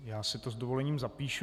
Já si to s dovolením zapíšu.